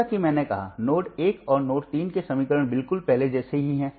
जैसा कि मैंने कहा नोड 1 और नोड 3 के समीकरण बिल्कुल पहले जैसे ही हैं